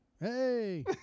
Hey